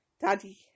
daddy